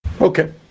Okay